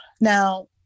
Now